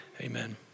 Amen